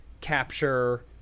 capture